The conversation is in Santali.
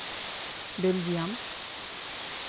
ᱵᱮᱹᱞᱡᱤᱭᱟᱢ